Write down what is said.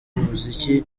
muziki